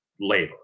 labor